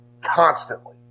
constantly